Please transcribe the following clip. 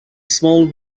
small